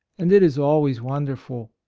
and it is always wonderful.